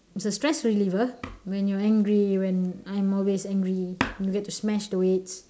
it's a stress reliever when you're angry when I'm always angry you get to smash the weights